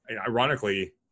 Ironically